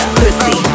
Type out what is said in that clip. pussy